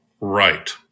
right